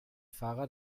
fahrer